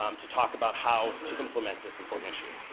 um to talk about how to implement this important issue.